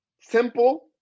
simple